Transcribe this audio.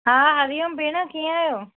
हा हरिओम भेण कीअं आहियो